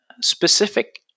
specific